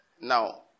now